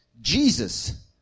Jesus